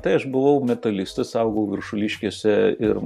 tai aš buvau metalistas augau viršuliškėse ir